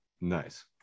Nice